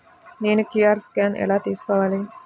నేను QR scan ఎలా తీసుకోవాలి?